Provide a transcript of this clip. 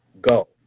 go